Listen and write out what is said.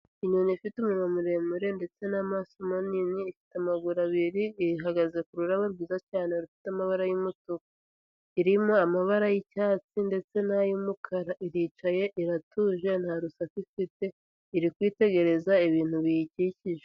Inyoni ifite umunwa muremure ndetse n'amaso manini, ifite amaguru abiri, ihagaze ku rurabo rwiza cyane rufite amabara y'umutuku, irimo amabara y'icyatsi ndetse n'ay'umukara, iricaye iratuje nta rusaku ifite, iri kwitegereza ibintu biyikikije.